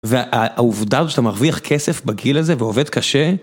והעובדה הזאת שאתה מרוויח כסף בגיל הזה ועובד קשה.